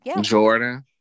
Jordan